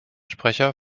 sprecher